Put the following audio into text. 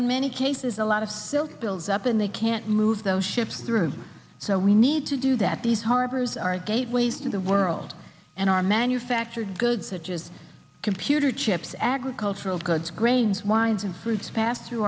in many cases a lot of silt builds up and they can't move those ships through so we need to do that these harbors are gateways to the world and our manufactured goods are just computer chips agricultural goods grains wines and spirits pass through